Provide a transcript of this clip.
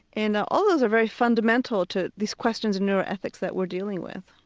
and all those are very fundamental to these questions of neuroethics that we're dealing with.